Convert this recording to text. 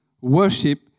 worship